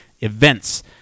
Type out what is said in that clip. events